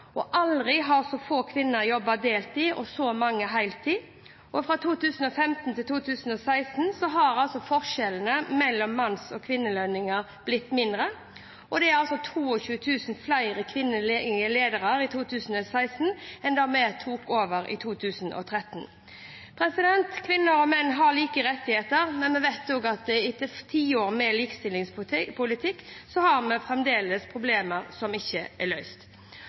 Aldri har så få kvinner jobbet deltid og så mange heltid. Fra 2015 til 2016 har forskjellen mellom menns og kvinners lønn blitt mindre. Det er 22 000 flere kvinnelige ledere i 2016 enn da vi tok over i 2013. Kvinner og menn har like rettigheter, men vi vet også at etter tiår med likestillingspolitikk har vi fremdeles problemer som ikke er løst.